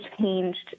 changed